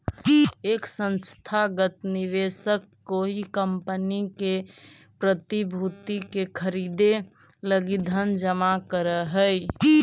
एक संस्थागत निवेशक कोई कंपनी के प्रतिभूति के खरीदे लगी धन जमा करऽ हई